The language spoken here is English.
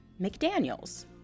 McDaniels